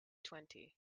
twenty